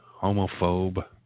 homophobe